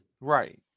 Right